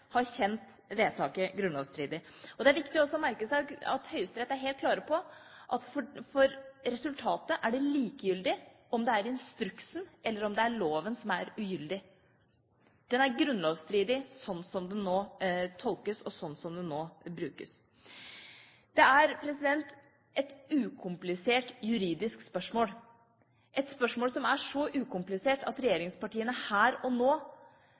har kjent vedtaket grunnlovsstridig. Det er også viktig å merke seg at Høyesterett er helt klare på at det er likegyldig for resultatet om det er instruksen eller om det er loven som ugyldig. Det er grunnlovsstridig sånn som den nå tolkes, og sånn som den nå brukes. Dette er et ukomplisert juridisk spørsmål, et spørsmål som er så ukomplisert at regjeringspartiene her og nå